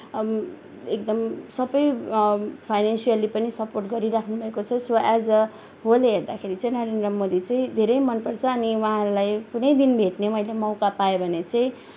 एकदम सबै फाइनेन्सियली पनि सपोर्ट गरिराख्नु भएको छ सो एज अ होल हेर्दा चाहिँ नरेन्द्र मोदी चाहिँ धेरै मनपर्छ अनि उहाँहरूलाई कुनै दिन भेट्ने मैले मौका पाएँ भने चाहिँ